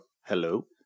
Hello